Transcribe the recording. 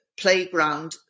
playground